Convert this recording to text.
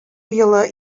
елы